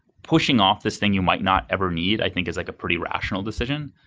pushing off this thing you might not ever need i think is like a pretty rational decision,